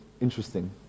interesting